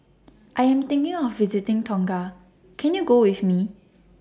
I Am thinking of visiting Tonga Can YOU Go with Me